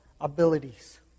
abilities